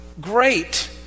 great